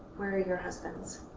where are your husbands?